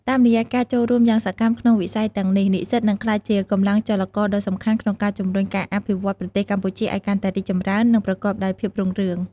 តាមរយៈការចូលរួមយ៉ាងសកម្មក្នុងវិស័យទាំងនេះ និស្សិតនឹងក្លាយជាកម្លាំងចលករដ៏សំខាន់ក្នុងការជំរុញការអភិវឌ្ឍន៍ប្រទេសកម្ពុជាឲ្យកាន់តែរីកចម្រើន និងប្រកបដោយភាពរុងរឿង។